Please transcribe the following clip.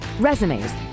resumes